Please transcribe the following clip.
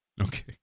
Okay